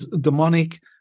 demonic